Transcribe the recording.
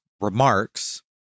remarks